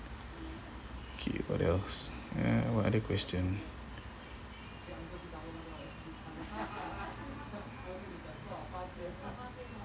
okay what else uh what other question